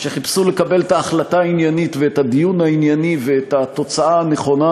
שחיפשו לקבל את ההחלטה העניינית ואת הדיון הענייני ואת התוצאה הנכונה,